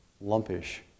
lumpish